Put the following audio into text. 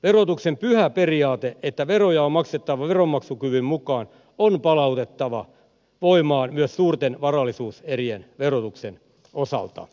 verotuksen pyhä periaate että veroja on maksettava veronmaksukyvyn mukaan on palautettava voimaan myös suurten varallisuuserien verotuksen osalta